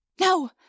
No